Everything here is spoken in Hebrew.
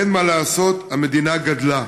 אין מה לעשות, המדינה גדלה".